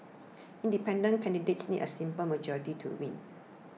independent candidates need a simple majority to win